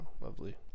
lovely